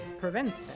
prevents